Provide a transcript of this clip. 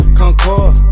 concord